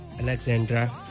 Alexandra